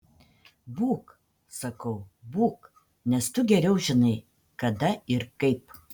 būk sakau būk nes tu geriau žinai kada ir kaip